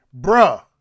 bruh